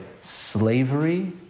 slavery